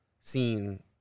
scene